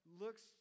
looks